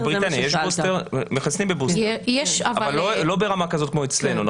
בבריטניה מחסנים בבוסטר אבל לא ברמה כזאת כמו אצלנו,